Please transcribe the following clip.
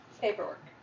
paperwork